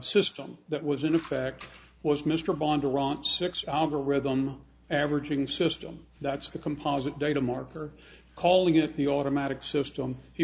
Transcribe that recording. system that was in effect was mr von duran six algorithm averaging system that's a composite data marker calling it the automatic system he